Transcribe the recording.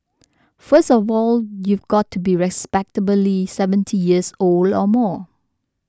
first of all you've got to be respectably seventy years old or more